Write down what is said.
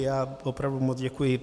Já opravdu moc děkuji.